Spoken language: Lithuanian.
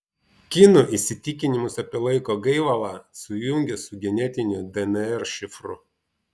kinų įsitikinimus apie laiko gaivalą sujungė su genetiniu dnr šifru